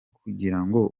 kugirango